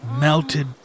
melted